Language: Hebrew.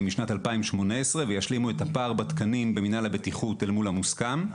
משנת 2018 וישלימו את פער התקנים במינהל הבטיחות אל מול המוסכם.